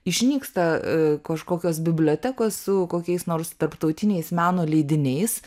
išnyksta a kažkokios bibliotekos su kokiais nors tarptautiniais meno leidiniais